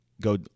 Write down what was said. go